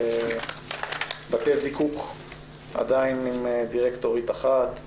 בתי זיקוק עדיין עם דירקטורית אחת,